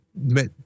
met